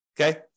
okay